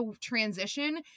transition